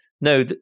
no